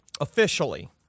officially